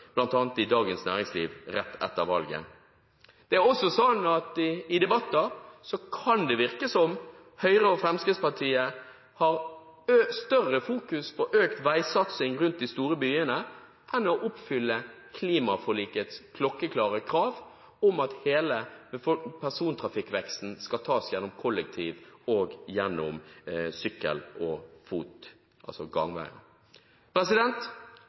bl.a. i Dagens Næringsliv rett etter valget. Det er også sånn at i debatter kan det virke som om Høyre og Fremskrittspartiet har større fokus på økt veisatsing rundt de store byene enn å oppfylle klimaforlikets klokkeklare krav om at hele persontrafikkveksten skal tas gjennom kollektiv og gjennom sykkel og fot, altså